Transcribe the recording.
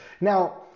Now